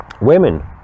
women